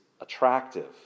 attractive